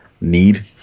need